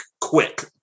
quick